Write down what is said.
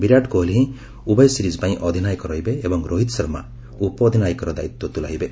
ବିରାଟ କୋହଲି ହିଁ ଉଭୟ ସିରିଜ୍ ପାଇଁ ଅଧିନାୟକ ରହିବେ ଏବଂ ରୋହିତ ଶର୍ମା ଉପଅଧିନାୟକର ଦାୟିତ୍ୱ ତୁଲାଇବେ